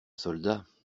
soldat